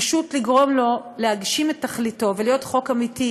פשוט לגרום לו להגשים את תכליתו ולהיות חוק אמיתי,